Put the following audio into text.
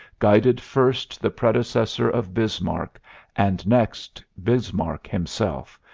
guided first the predecessor of bismarck and next bismarck himself,